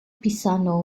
pisano